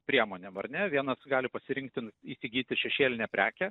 priemonėm ar ne vienas gali pasirinkt ten įsigyti šešėlinę prekę